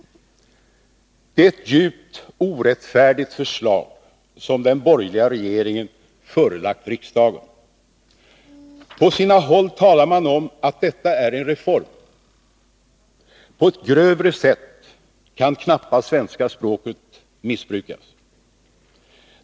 Det är ett djupt orättfärdigt förslag som den borgerliga regeringen förelagt riksdagen. På sina håll talar man om att detta är en reform. På ett grövre sätt kan knappast svenska språket missbrukas.